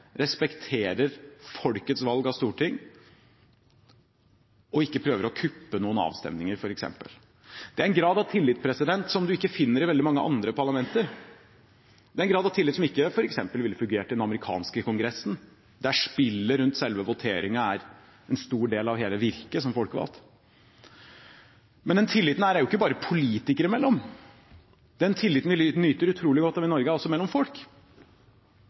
respekterer folkets valg av storting og f.eks. ikke prøver å kuppe noen avstemninger. Det er en grad av tillit en ikke finner i veldig mange andre parlamenter. Det er en grad av tillit som f.eks. ikke ville fungert i den amerikanske kongressen, der spillet rundt selve voteringen er en stor del av hele virket som folkevalgt. Denne tilliten finnes ikke bare mellom politikere. Tilliten vi nyter utrolig godt av i Norge, er også mellom folk